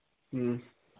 ꯎꯝ